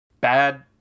Bad